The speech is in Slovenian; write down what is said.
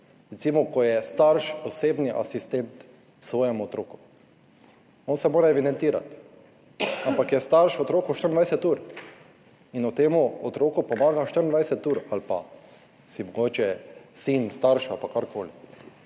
recimo ko je starš osebni asistent svojemu otroku, on se mora evidentirati, ampak je starš otroku 24 ur in on temu otroku pomaga 24 ur, ali pa mogoče sin starša ali kar koli,